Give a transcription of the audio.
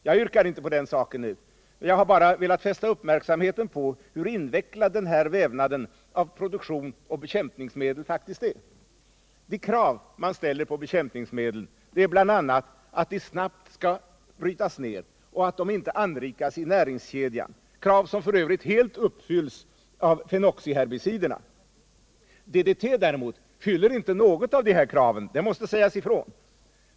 Jag yrkar inte på den saken nu, men jag har velat fästa uppmärksamheten på hur invecklad den här vävnaden av produktion och bekämpningsmedel faktiskt är. De krav man ställer på bekämpningsmedel är bl.a. att de snabbt skall brytas ner och att de inte anrikas i näringskedjan, krav som f. ö. helt uppfylls av fenoxiherbiciderna. DDT däemot fyller inte något av dessa krav, det måste sägas ifrån.